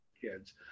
kids